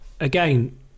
Again